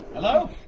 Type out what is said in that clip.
hello?